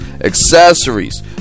accessories